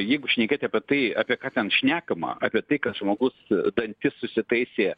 jeigu šnekėti apie tai apie ką ten šnekama apie tai kad žmogus dantis susitaisė